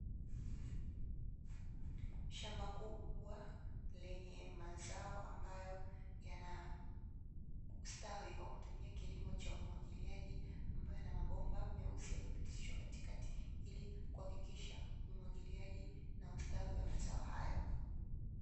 Shamba kubwa lenye mazao ambayo yanastawi kwa kutumia kilimo cha umwagiliaji ambayo yana mabomba meusi yaliyopitishwa katikati ili kuhakikisha umwagiliaji na ustawi wa mazao hayo.